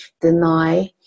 deny